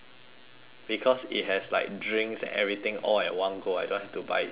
because it has like drinks and everything all at one go I don't have to buy it separately